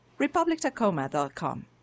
republictacoma.com